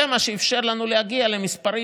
זה מה שאפשר לנו להגיע למספרים.